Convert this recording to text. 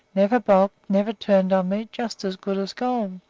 never balked, never turned on me just as good as gold.